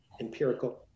empirical